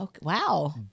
Wow